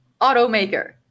automaker